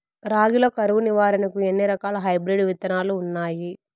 రాగి లో కరువు నివారణకు ఎన్ని రకాల హైబ్రిడ్ విత్తనాలు ఉన్నాయి